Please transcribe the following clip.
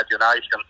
imagination